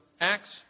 Acts